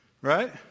Right